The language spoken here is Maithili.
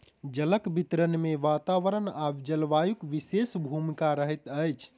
जलक वितरण मे वातावरण आ जलवायुक विशेष भूमिका रहैत अछि